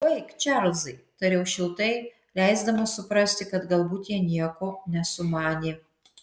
baik čarlzai tariau šiltai leisdamas suprasti kad galbūt jie nieko nesumanė